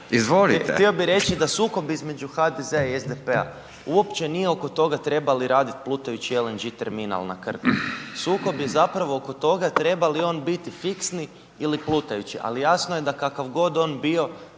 (SIP)** Htio bih reći da sukob između HDZ-a i SDP-a uopće nje oko toga treba li raditi plutajući LNG terminal na Krku, sukob je zapravo oko toga treba li on biti fiksni ili plutajući, ali jasno je da kakav god on bio